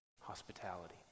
hospitality